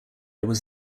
was